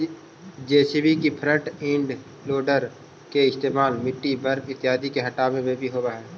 JCB के front end loader के इस्तेमाल मिट्टी, बर्फ इत्यादि के हँटावे में भी होवऽ हई